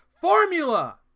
formula